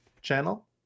channel